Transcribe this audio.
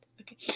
Okay